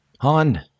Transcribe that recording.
Han